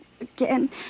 again